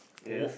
yes